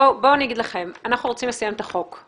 אנחנו רוצים לסיים את החוק.